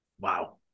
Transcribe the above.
Wow